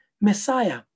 Messiah